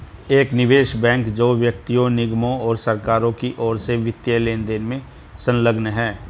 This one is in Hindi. एक निवेश बैंक जो व्यक्तियों निगमों और सरकारों की ओर से वित्तीय लेनदेन में संलग्न है